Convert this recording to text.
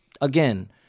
again